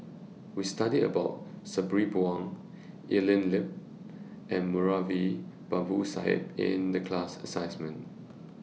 We studied about Sabri Buang Evelyn Lip and Moulavi Babu Sahib in The class assignment